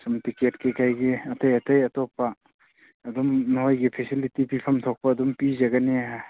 ꯁꯨꯝ ꯇꯤꯀꯦꯠꯀꯤ ꯀꯔꯤꯒꯤ ꯑꯇꯩ ꯑꯇꯩ ꯑꯇꯣꯞꯄ ꯑꯗꯨꯝ ꯅꯣꯏꯒꯤ ꯐꯦꯁꯤꯂꯤꯇꯤ ꯄꯤꯐꯝ ꯊꯣꯛꯄ ꯑꯗꯨꯝ ꯄꯤꯖꯒꯅꯤ